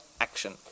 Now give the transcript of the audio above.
action